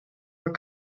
were